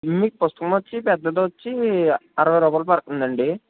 మీకు పుస్తకం వచ్చి పెద్దవి వచ్చి అరవై రూపాయలు పడుతుంది అండి